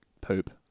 poop